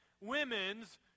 women's